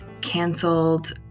canceled